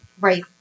Right